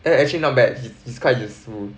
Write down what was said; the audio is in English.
eh actually not bad he is quite useful